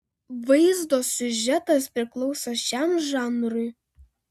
vaizdo siužetas priklauso šiam žanrui